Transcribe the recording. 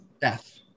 death